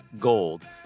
gold